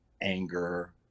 anger